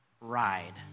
ride